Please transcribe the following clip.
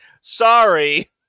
Sorry